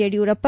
Yediyurappa